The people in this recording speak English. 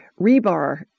rebar